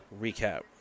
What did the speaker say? recap